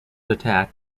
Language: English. attack